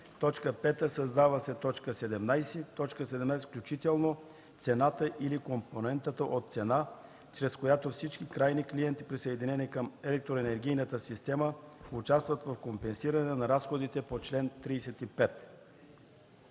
5. Създава се т. 17: „17. включително цената или компонентата от цена, чрез която всички крайни клиенти, присъединени към електроенергийната система участват в компенсиране на разходите по чл. 35.”